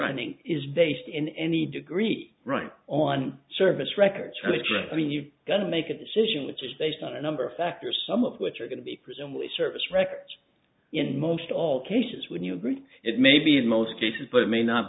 realigning is based in any degree right on service records which are i mean you've got to make a decision which is based on a number of factors some of which are going to be presumably service records in most all cases when you agree it may be in most cases but it may not